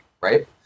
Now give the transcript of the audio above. right